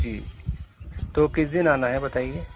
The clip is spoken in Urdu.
جی جی تو کس دن آنا ہے بتائیے